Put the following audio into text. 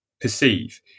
perceive